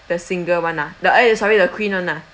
the single one ah the eh sorry the queen one ah